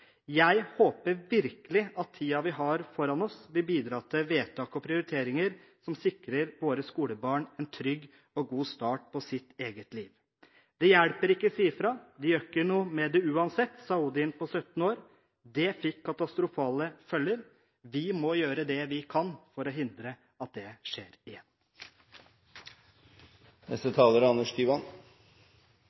Jeg håper virkelig at tiden vi har foran oss, vil bidra til vedtak og prioriteringer som sikrer våre skolebarn en trygg og god start på sitt eget liv. – Det hjelper ikke å si fra, de gjør ikke noe med det uansett, sa Odin på 17 år. Det fikk katastrofale følger. Vi må gjøre det vi kan for å hindre at det skjer